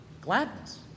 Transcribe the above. Gladness